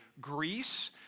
Greece